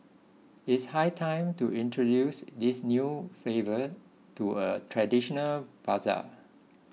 it is high time to introduce these new favor to a traditional bazaar